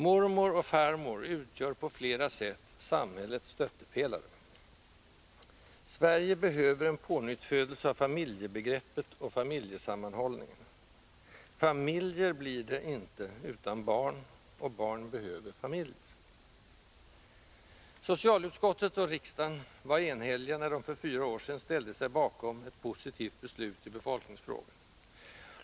Mormor och farmor utgör på flera sätt samhällets stöttepelare. Sverige behöver en pånyttfödelse av familjebegreppet och familjesammanhållningen. Familjer blir det inte utan barn, och barn behöver familjer. Socialutskottet och riksdagen var enhälliga när de för fyra år sedan ställde sig bakom ett positivt beslut i befolkningsfrågan.